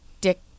dick